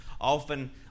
often